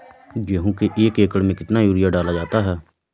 गेहूँ के एक एकड़ में कितना यूरिया डाला जाता है?